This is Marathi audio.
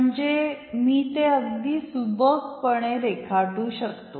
म्हनजे मी ते अगदी सुबकपणे रेखाटू शकतो